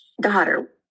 daughter